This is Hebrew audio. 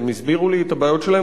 והם הסבירו לי את הבעיות שלהם.